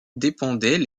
dépendaient